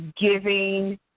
giving